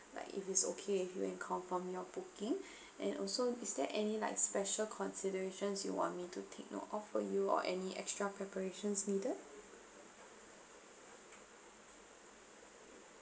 like if it's okay with you and confirm your booking and also is there any like special considerations you want me to take note of for you or any extra preparations needed